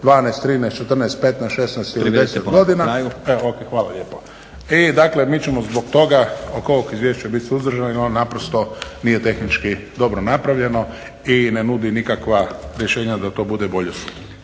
kraju. **Šuker, Ivan (HDZ)** Ok, hvala lijepo. I dakle mi ćemo zbog toga oko ovog izvješća biti suzdržani jer ono naprosto nije tehnički dobro napravljeno i ne nudi nikakva rješenja da to bude bolje sutra.